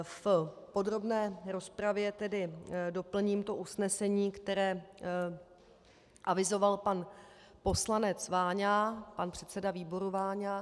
V podrobné rozpravě tedy doplním to usnesení, které avizoval pan poslanec Váňa, pan předseda výboru Váňa.